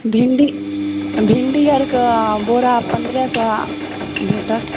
भिण्डी भिण्डी आरकऽ बोरा पन्द्रह सए भेटत